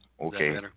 Okay